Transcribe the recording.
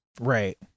Right